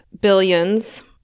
billions